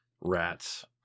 rats